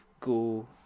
go